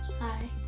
Hi